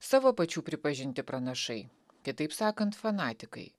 savo pačių pripažinti pranašai kitaip sakant fanatikai